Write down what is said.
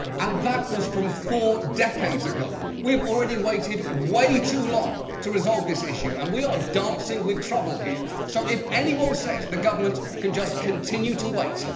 and that was from four decades ago. we have already waited way too long to resolve this issue. and we are dancing with trouble here. so if any one says the government can just continue to wait,